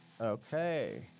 Okay